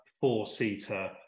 four-seater